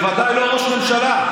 בוודאי לא ראש ממשלה.